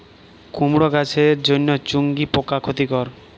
কুমড়ো গাছের জন্য চুঙ্গি পোকা ক্ষতিকর?